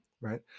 Right